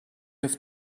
have